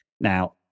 Now